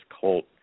cult